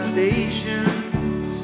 stations